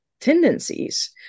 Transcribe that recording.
tendencies